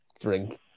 drink